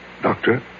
Doctor